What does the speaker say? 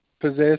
possess